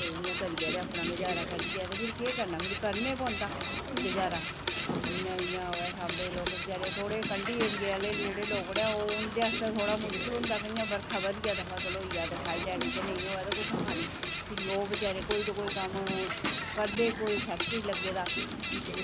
ते इ'या' करियै अपना गुजारा करदे ते फिर केह् करना करना गै पौंदा गुजारा ते इ'या इ'यां सांबा दे बेचारे लोग कंड़ियै दे जेह्ड़े लोग न ओह् उं'दे आस्तै मुश्कल होंदा की बरखा ब'री जा ते चलो खाई लैनी ते नेईं होऐ ते कुत्थां खानी ते फिर ओह् बेचारे कोई ते कोई ना कम्म करदे कोई फैक्ट्री लग्गे दा